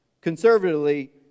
conservatively